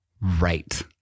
right